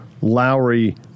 Lowry